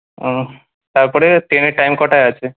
হুম তারপরে ট্রেনের টাইম কটায় আছে